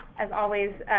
as always,